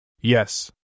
Yes